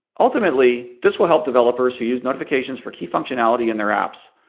ultimately, this will help developers who use notifications for key functionality in their apps,